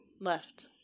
left